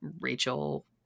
Rachel